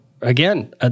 again